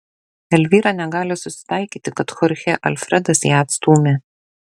elvyra negali susitaikyti kad chorchė alfredas ją atstūmė